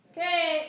Okay